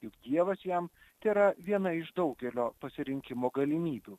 juk dievas jam tėra viena iš daugelio pasirinkimo galimybių